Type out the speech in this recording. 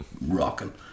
rocking